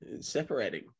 separating